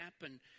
happen